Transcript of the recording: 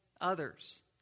others